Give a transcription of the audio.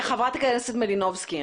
חברת הכנסת מלינובסקי,